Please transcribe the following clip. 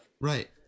right